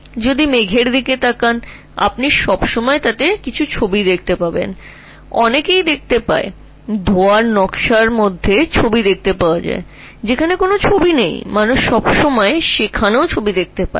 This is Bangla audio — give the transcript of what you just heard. তুমি যদি মেঘের দিকে তাকাও তবে সব সময় কিছু ছবি দেখতে পাবে প্রচুর লোকে এটি দেখতে পায় সেখানে ধোঁয়াটে প্যাটার্নের মধ্যে তুমি ছবি দেখতে পাবে লোকেরা ছবি দেখবে যদিও ওখানে কোন ছবি নেই